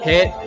Hit